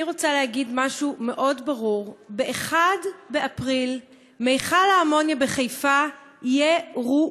אני רוצה להגיד משהו מאוד ברור: ב-1 באפריל מכל האמוניה בחיפה ירוקן,